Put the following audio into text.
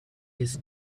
his